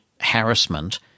harassment